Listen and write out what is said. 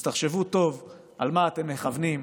אז תחשבו טוב על מה אתם מכוונים.